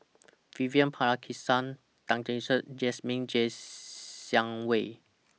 Vivian Balakrishnan Tan Lark Sye and Jasmine Ser Xiang Wei